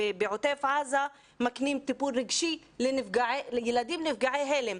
בעוטף עזה מקנים טיפול רגשי לילדים נפגעי הלם,